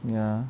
ya